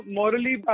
morally